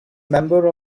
member